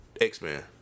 X-Men